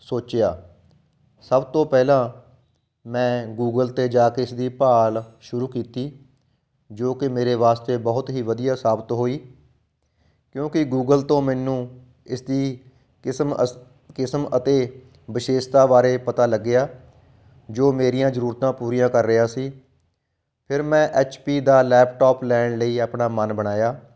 ਸੋਚਿਆ ਸਭ ਤੋਂ ਪਹਿਲਾਂ ਮੈਂ ਗੂਗਲ 'ਤੇ ਜਾ ਕੇ ਇਸਦੀ ਭਾਲ ਸ਼ੁਰੂ ਕੀਤੀ ਜੋ ਕਿ ਮੇਰੇ ਵਾਸਤੇ ਬਹੁਤ ਹੀ ਵਧੀਆ ਸਾਬਤ ਹੋਈ ਕਿਉਂਕਿ ਗੂਗਲ ਤੋਂ ਮੈਨੂੰ ਇਸ ਦੀ ਕਿਸਮ ਅਸ ਕਿਸਮ ਅਤੇ ਵਿਸ਼ੇਸ਼ਤਾ ਬਾਰੇ ਪਤਾ ਲੱਗਿਆ ਜੋ ਮੇਰੀਆਂ ਜਰੂਰਤਾਂ ਪੂਰੀਆਂ ਕਰ ਰਿਹਾ ਸੀ ਫਿਰ ਮੈਂ ਐੱਚ ਪੀ ਦਾ ਲੈਪਟੋਪ ਲੈਣ ਲਈ ਆਪਣਾ ਮਨ ਬਣਾਇਆ